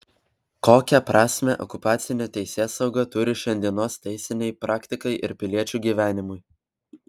kokią prasmę okupacinė teisėsauga turi šiandienos teisinei praktikai ir piliečių gyvenimui